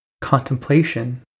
contemplation